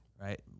right